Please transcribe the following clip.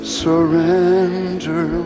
surrender